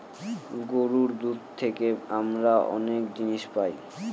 গরুর দুধ থেকে আমরা অনেক জিনিস পায়